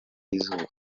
y’izuba